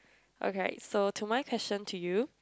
okay so to my question to you